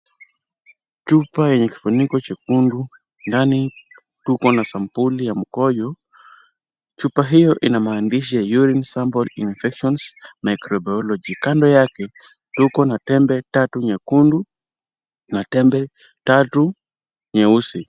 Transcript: Chupa yenye kifuniko chekundu, ndani tuko na sampuli ya mkojo. Chupa hio ina maandishi ya urine sample infections microbiology .Kando yake tuko na tembe tatu nyekundu na tembe tatu nyeusi.